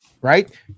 right